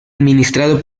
administrado